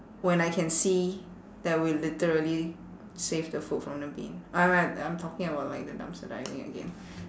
when I can see that we literally save the food from the bin alright I'm talking about like the dumpster diving again